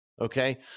Okay